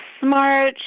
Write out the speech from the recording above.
smart